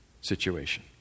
situation